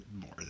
more